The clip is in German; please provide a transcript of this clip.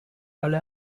alle